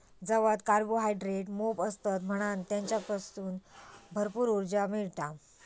जवात कार्बोहायड्रेट मोप असतत म्हणान तेच्यासून भरपूर उर्जा मिळता